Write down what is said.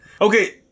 Okay